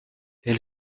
elle